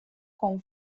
con